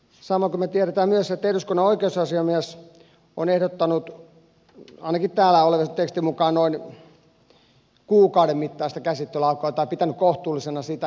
samoin me tiedämme myös että eduskunnan oi keusasiamies on pitänyt kohtuullisena ainakin täällä olevan tekstin mukaan noin kuukauden mittaista käsittelyaikaa